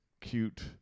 cute